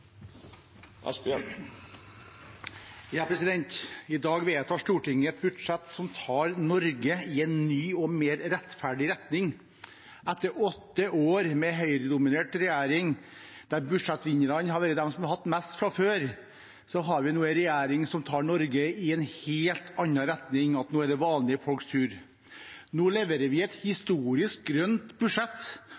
I dag vedtar Stortinget et budsjett som tar Norge i en ny og mer rettferdig retning. Etter åtte år med Høyre-dominerte regjeringer der budsjettvinnerne har vært de som har mest fra før, har vi nå en regjering som tar Norge i en helt annen retning: Nå er det vanlige folks tur. Nå leverer vi et